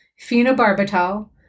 Phenobarbital